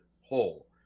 hole